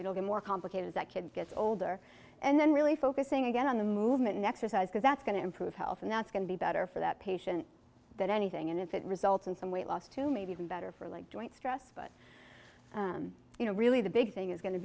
the more complicated that kid gets older and then really focusing again on the movement an exercise because that's going to improve health and that's going to be better for that patient than anything and if it results in some weight loss to maybe even better for like joint stress but you know really the big thing is going to